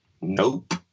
Nope